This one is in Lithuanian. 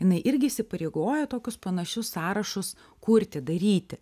jinai irgi įsipareigoja tokius panašius sąrašus kurti daryti